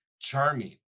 charming